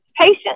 patient